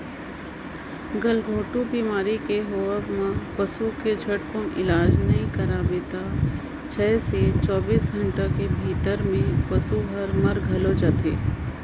गलाघोंट बेमारी के होवब म पसू के झटकुन इलाज नई कराबे त छै से चौबीस घंटा के भीतरी में पसु हर मइर घलो जाथे